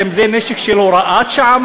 האם זה נשק של הוראת שעה,